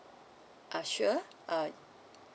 ah sure uh